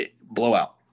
blowout